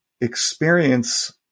experience